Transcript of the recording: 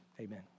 amen